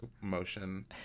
motion